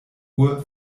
uhr